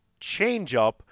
changeup